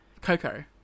coco